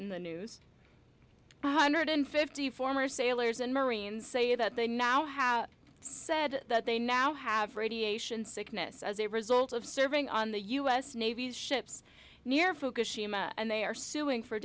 in the news one hundred and fifty former sailors and marines say that they now have said that they now have radiation sickness as a result of serving on the u s navy's ships near fukushima and they are suing for